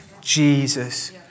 Jesus